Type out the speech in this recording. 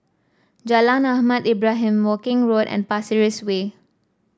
Jalan Ahmad Ibrahim Woking Road and Pasir Ris Way